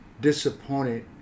disappointed